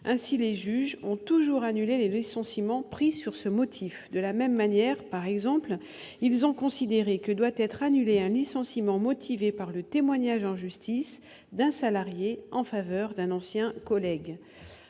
Ainsi, les juges ont toujours annulé les licenciements pris sur ce motif. De la même manière, ils ont, par exemple, considéré que doit être annulé un licenciement motivé par le témoignage en justice d'un salarié en faveur d'un ancien collègue.